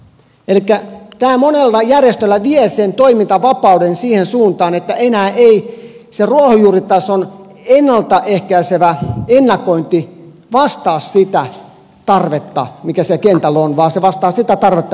elikkä tämä monella järjestöllä vie sen toimintavapauden siihen suuntaan että enää ei se ruohonjuuritason ennalta ehkäisevä ennakointi vastaa sitä tarvetta mikä siellä kentällä on vaan se vastaa sitä tarvetta mitä rahoittaja haluaa